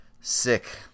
Sick